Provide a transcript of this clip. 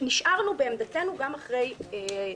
נשארנו בעמדתנו גם אחרי זה,